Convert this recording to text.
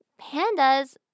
Pandas